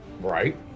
Right